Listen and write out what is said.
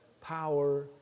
power